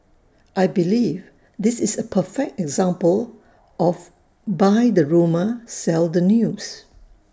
I believe this is A perfect example of buy the rumour sell the news